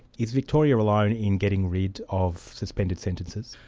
is victoria alone in getting rid of suspended sentences?